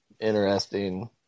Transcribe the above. interesting